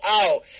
out